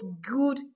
good